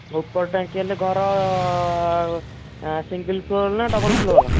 ଉପର ଟାଙ୍କି ହେଲେ ଘର ସିଙ୍ଗଲ ଫ୍ଲୋର୍ ନା ଡବଲ ଫ୍ଲୋର୍